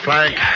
Frank